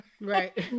Right